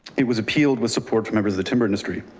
it was appealed with support from members of the timber industry.